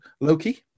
Loki